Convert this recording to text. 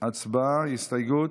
הצבעה על הסתייגות.